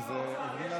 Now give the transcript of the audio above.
אין מאבק,